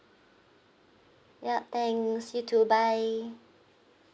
yup thanks you too bye